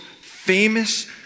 famous